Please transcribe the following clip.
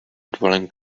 dwelling